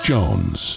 Jones